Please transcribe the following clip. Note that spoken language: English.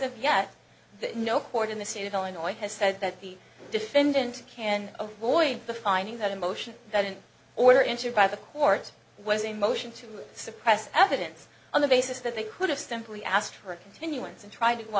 of yet no court in the state of illinois has said that the defendant can avoid the finding that emotion that in order entry by the courts was a motion to suppress evidence on the basis that they could have simply asked for a continuance and trying to